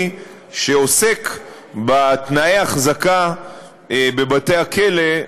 שעוסק בתנאי ההחזקה של המחבלים בבתי-הכלא,